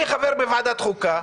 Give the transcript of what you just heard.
אני חבר בוועדת חוקה,